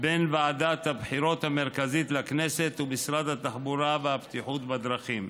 בשווה בין ועדת הבחירות המרכזית לכנסת למשרד התחבורה והבטיחות בדרכים.